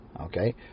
Okay